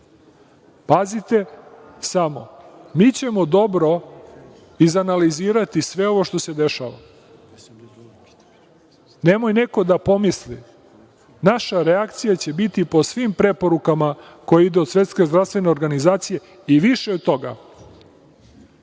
smisla. Pazite samo, mi ćemo dobro izanalizirati sve ovo što se dešava, nemoj neko da pomisli, naše reakcije će biti po svim preporukama koje idu od Svetske zdravstvene organizacije i više od toga,